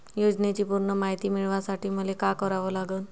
योजनेची पूर्ण मायती मिळवासाठी मले का करावं लागन?